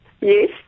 Yes